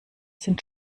sind